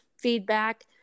feedback